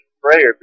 prayer